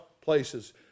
places